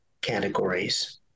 categories